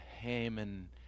Haman